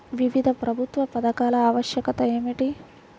వివిధ ప్రభుత్వా పథకాల ఆవశ్యకత ఏమిటి?